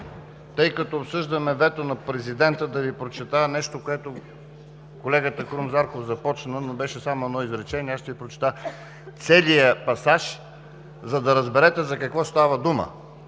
тъй като обсъждаме вето на Президента, да Ви прочета нещо, което започна колегата Крум Зарков, но беше само едно изречение, аз ще Ви прочета целия пасаж, за да разберете за какво става дума,